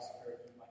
Spirit